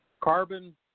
carbon